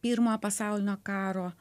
pirmojo pasaulinio karo